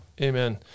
Amen